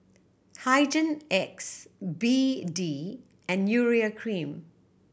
Hygin X B D and Urea Cream